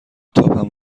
تاپم